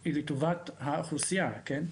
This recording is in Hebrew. היא לטובת האוכלוסייה, כן?